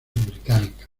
británicas